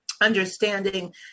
understanding